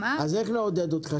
אז איך נעודד אותך?